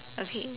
okay